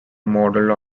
modelled